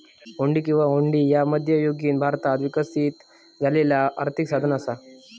हुंडी किंवा हुंडी ह्या मध्ययुगीन भारतात विकसित झालेला आर्थिक साधन असा